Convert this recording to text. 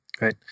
Right